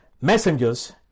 messengers